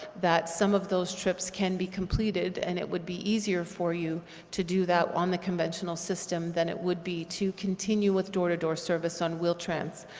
that some of those trips can be completed and it would be easier for you to do that on the conventional system than it would be to continue with door-to-door service on wheel-trans.